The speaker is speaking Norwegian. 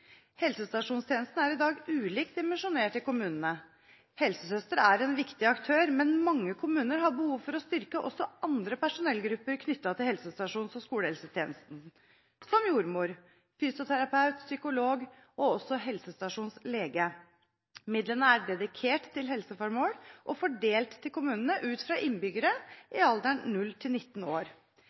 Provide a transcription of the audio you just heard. Helsestasjonstjenesten er i dag ulikt dimensjonert i kommunene. Helsesøster er en viktig aktør, men mange kommuner har behov for å styrke også andre personellgrupper knyttet til helsestasjons- og skolehelsetjenesten, som jordmor, fysioterapeut, psykolog og også helsestasjonslege. Midlene er dedikert til helseformål og fordelt til kommunene ut fra innbyggere i alderen 0–19 år. Regjeringen gir kommunene tillit og lokal handlefrihet til